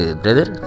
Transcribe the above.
brother